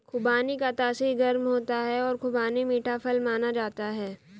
खुबानी का तासीर गर्म होता है और खुबानी मीठा फल माना जाता है